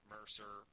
Mercer